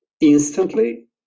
Instantly